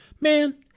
Man